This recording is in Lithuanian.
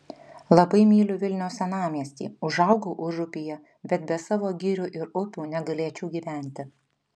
labai myliu vilniaus senamiestį užaugau užupyje bet be savo girių ir upių negalėčiau gyventi